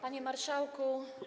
Panie Marszałku!